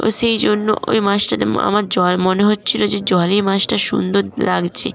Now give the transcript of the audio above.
ও সেই জন্য ওই মাছটাতে আমার জল মনে হচ্ছিল যে জলেই মাছটা সুন্দর লাগছে